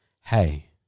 Hey